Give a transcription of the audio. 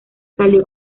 salió